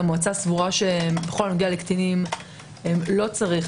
המועצה סבורה שבכל הנוגע לקטינים לא צריך